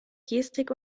gestik